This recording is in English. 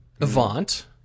Avant